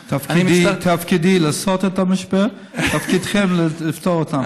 תפקידי לעשות את המשבר, תפקידכם לפתור אותו.